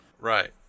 Right